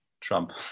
Trump